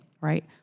right